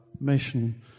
mission